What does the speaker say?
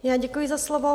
Já děkuji za slovo.